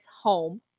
home